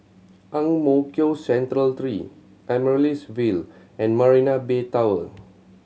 Ang Mo Kio Central Three Amaryllis Ville and Marina Bay Tower